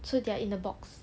so they are in a box